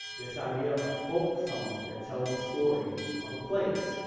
this idea of folk songs that tell the story of a place.